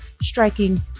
striking